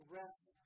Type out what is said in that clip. rest